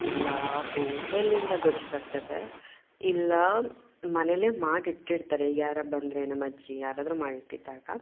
ಇಲ್ಲ ಹೋಟೇಲಿಂದ ಗೊಜ್ಜು ತರ್ತೇವೆ ಇಲ್ಲ ಮನೇಲೇ ಮಾಡಿಟ್ಟಿರ್ತಾರೆ ಈಗ ಯಾರಾ ಬಂದರೆ ನಮ್ಮಅಜ್ಜಿ ಯಾರಾದರೂ ಮಾಡಿಟ್ಟಿದ್ದಾಗ